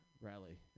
rally